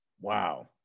wow